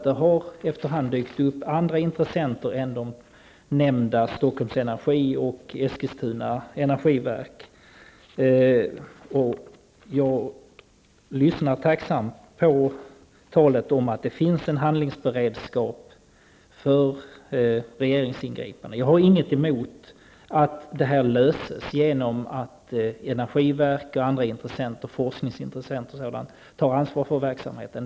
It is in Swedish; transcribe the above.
Det har efter hand dykt upp andra intressenter än de nämnda Stockholms Energi och Jag lyssnar tacksamt på talet om att det finns en handlingsberedskap för regeringens ingripanden. Jag har inget emot att denna fråga löses genom att energiverk och andra intressenter, t.ex. forskningsintressenter, tar ansvaret för verksamheten.